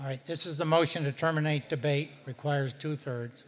right this is the motion to terminate debate requires two thirds